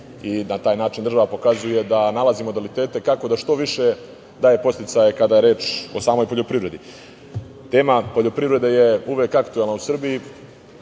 Na taj način država pokazuje da nalazi modalitete kako da što više daje podsticaje kada je reč o samoj poljoprivredi. Tema poljoprivrede je uvek aktuelna u Srbiji.